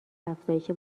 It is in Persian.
افزایش